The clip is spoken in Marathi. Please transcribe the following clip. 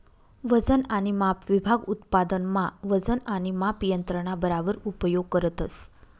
वजन आणि माप विभाग उत्पादन मा वजन आणि माप यंत्रणा बराबर उपयोग करतस